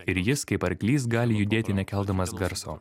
ir jis kaip arklys gali judėti nekeldamas garso